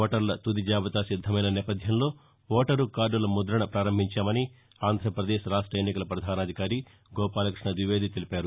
ఓటర్ల తుది జాబితా సిద్దమైన నేపథ్యంలో ఓటరు కార్డుల ముద్రణ పారంభించామని ఆంధ్రప్రదేశ్ రాష్ట్ర ఎన్నికల ప్రధానాధికారి గోపాలకృష్ణ ద్వివేది తెలిపారు